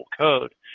code